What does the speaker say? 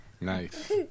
nice